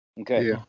Okay